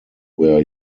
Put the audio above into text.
where